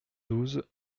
douze